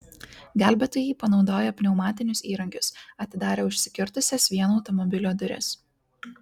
gelbėtojai panaudoję pneumatinius įrankius atidarė užsikirtusias vieno automobilio duris